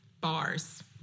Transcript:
Bars